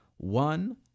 One